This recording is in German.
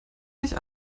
nicht